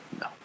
no